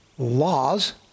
Laws